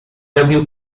robił